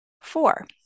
Four